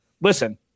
listen